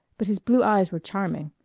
but his blue eyes were charming,